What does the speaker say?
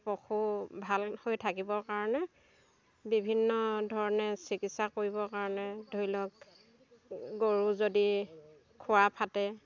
পশু ভাল হৈ থাকিবৰ কাৰণে বিভিন্ন ধৰণে চিকিৎসা কৰিব কাৰণে ধৰি লওক গৰু যদি খুৰা ফাটে